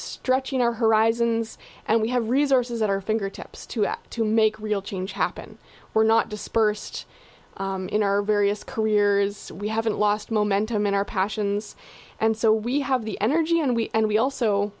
stretching our horizons and we have resources at our fingertips to to make real change happen we're not dispersed in our various careers we haven't lost momentum in our passions and so we have the energy and we and we also